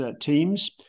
teams